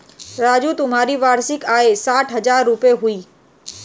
राजू तुम्हारी वार्षिक आय साठ हज़ार रूपय हुई